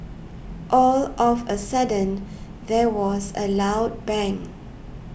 all of a sudden there was a loud bang